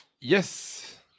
Yes